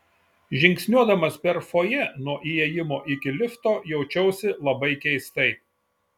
žingsniuodamas per fojė nuo įėjimo iki lifto jaučiausi labai keistai